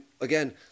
again